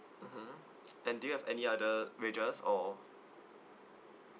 mmhmm then do you have any other wages or